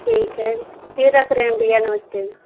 ठीक है फिर रख रहे हैं भैया नमस्ते